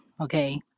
okay